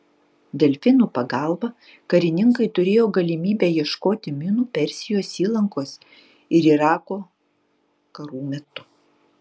delfinų pagalba karininkai turėjo galimybę ieškoti minų persijos įlankos ir irako karų metu